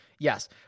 Yes